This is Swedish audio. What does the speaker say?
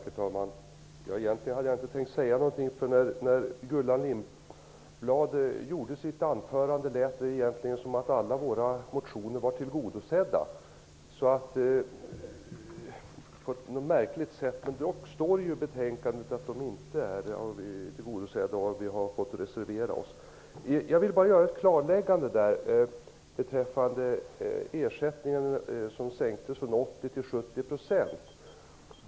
Herr talman! Jag hade egentligen inte tänkt säga någonting. Men i Gullan Lindblads anförande lät det som att alla våra motioner var tillgodosedda på något märkligt sätt. Dock står det i betänkandet att de inte är tillgodosedda, och vi har fått reservera oss. Jag vill göra ett klarläggande beträffande den ersättning som sänktes från 80 % till 70 %.